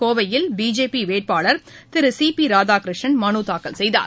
கோவையில் பிஜேபிவேட்பாளர் திருசிபிராதாகிருஷ்ணன் மனுத் தாக்கல் செய்தார்